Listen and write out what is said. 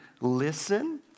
listen